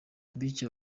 bityo